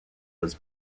was